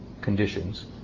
conditions